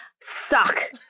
suck